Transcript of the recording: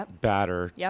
batter